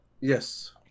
Yes